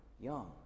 young